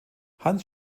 hans